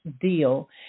deal